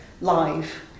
live